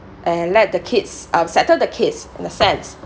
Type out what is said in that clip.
and let the kids um settle the kids in a sense